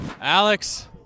Alex